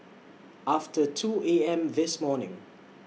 after two A M This morning